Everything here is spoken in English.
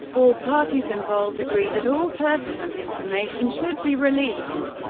all parties involved agreed that all pertinent information should be released.